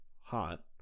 hot